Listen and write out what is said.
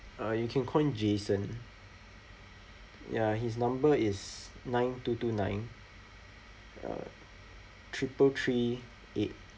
uh you can call him jason ya his number is nine two two nine uh triple three eight